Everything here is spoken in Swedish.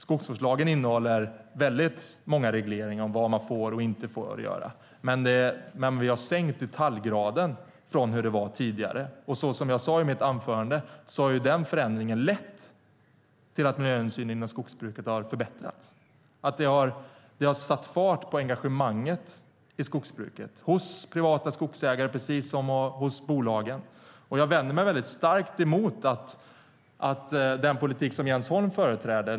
Skogsvårdslagen innehåller väldigt många regleringar om vad man får och inte får göra, men vi har sänkt detaljgraden jämfört med hur det var tidigare. Som jag sade i mitt anförande har den förändringen lett till att miljöhänsynen inom skogsbruket har förbättrats. Det har satt fart på engagemanget i skogsbruket, såväl hos privata skogsägare som hos bolagen. Jag vänder mig mycket starkt mot den politik som Jens Holm företräder.